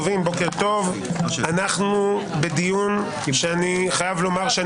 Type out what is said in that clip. טוב, אנחנו בדיון שאני חייב לומר,